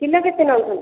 kilo କେତେ ନେଉଛନ୍ତି